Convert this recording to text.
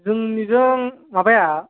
जोंनिजों माबाया